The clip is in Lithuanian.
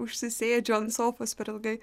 užsisėdžiu ant sofos per ilgai